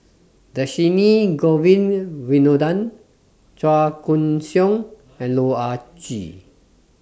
Dhershini Govin Winodan Chua Koon Siong and Loh Ah Chee